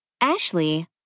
Ashley